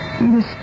Miss